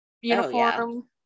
uniform